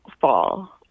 fall